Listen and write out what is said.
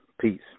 Peace